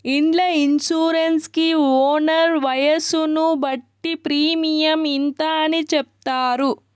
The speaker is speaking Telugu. ఇండ్ల ఇన్సూరెన్స్ కి ఓనర్ వయసును బట్టి ప్రీమియం ఇంత అని చెప్తారు